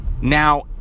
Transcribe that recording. now